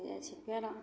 इएह छै पेड़ा